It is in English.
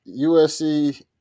USC